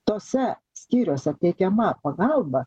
tuose skyriuose teikiama pagalba